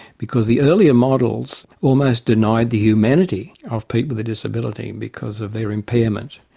because the earlier models almost denied the humanity of people with a disability because of their impairment,